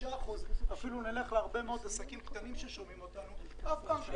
ב-75% ואפילו נלך להרבה מאוד עסקים קטנים ששומעים אותנו אף פעם אני